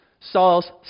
Saul's